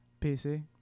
PC